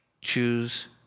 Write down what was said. Choose